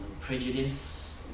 prejudice